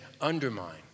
undermine